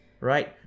Right